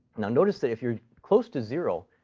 now, notice that if you're close to zero,